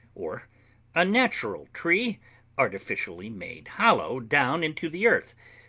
or a natural tree artificially made hollow down into the earth,